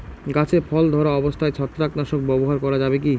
গাছে ফল ধরা অবস্থায় ছত্রাকনাশক ব্যবহার করা যাবে কী?